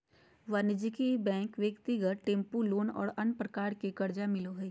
वाणिज्यिक बैंक ब्यक्तिगत tempo loan और अन्य प्रकार के कर्जा मिलो हइ